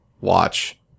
watch